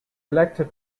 elected